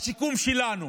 בשיקום שלנו,